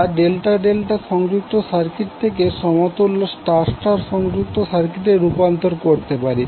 আমরা delta delta সংযুক্ত circuit থেকে সমতুল্য স্টার স্টার সংযুক্ত সার্কিটে রুপান্তর করতে পারি